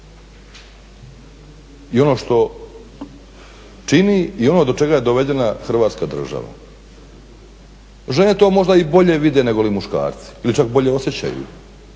i ono što čini i ono do čega je dovedena Hrvatska država. Žene to možda bolje vide negoli muškarci ili čak bolje osjećaju,